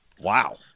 Wow